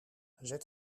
zet